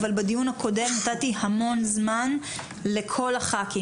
אבל בדיון הקודם נתתי המון זמן לכל הח"כים.